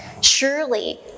surely